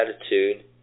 attitude